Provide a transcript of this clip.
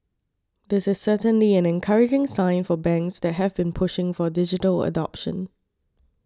this is certainly an encouraging sign for banks that have been pushing for digital adoption